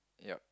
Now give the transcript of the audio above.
yup